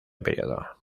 período